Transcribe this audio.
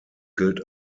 gilt